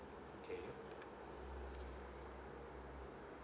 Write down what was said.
K